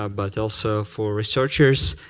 ah but also for researchers,